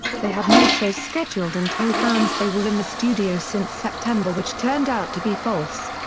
they had no shows scheduled and told fans they were in the studio since september which turned out to be false.